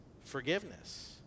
forgiveness